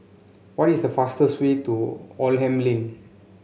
what is the fastest way to Oldham Lane